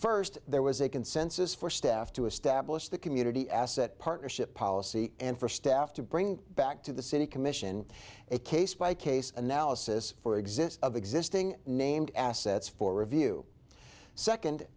first there was a consensus for staff to establish the community asset partnership policy and for staff to bring back to the city commission a case by case analysis for exists of existing named assets for review second